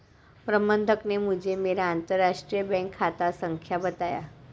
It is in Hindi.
प्रबन्धक ने मुझें मेरा अंतरराष्ट्रीय बैंक खाता संख्या बताया